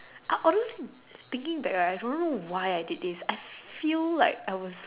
honestly speaking back right I don't know why I did this I feel like